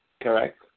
correct